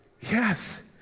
Yes